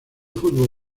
fútbol